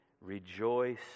rejoice